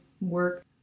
work